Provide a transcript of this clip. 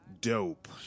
Dope